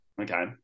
Okay